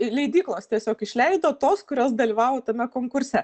leidyklos tiesiog išleido tos kurios dalyvavo tame konkurse